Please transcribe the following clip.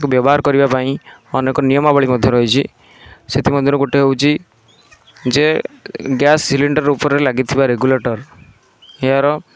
ବ୍ୟବହାର କରିବାପାଇଁ ଅନେକ ନିୟମାବଳୀ ମଧ୍ୟ ରହିଛି ସେଥିମଧ୍ୟରୁ ଗୋଟେ ହେଉଛି ଯେ ଗ୍ୟାସ୍ ସିଲିଣ୍ଡର୍ ଉପରେ ଲାଗିଥିବା ରେଗୁଲେଟର୍ ଏହାର